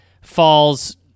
falls